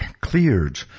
cleared